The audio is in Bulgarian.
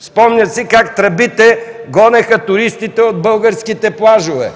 спомняме си как тръбите гонеха туристите от българските плажове,